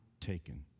taken